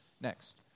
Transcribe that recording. next